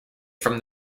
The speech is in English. from